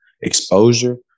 exposure